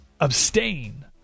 abstain